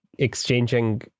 exchanging